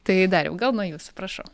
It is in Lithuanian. tai dariau gal nuo jūsų prašau